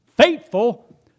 faithful